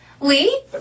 Lee